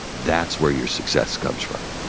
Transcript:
that's where your success comes from.